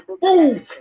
Boom